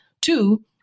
Two